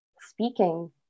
speaking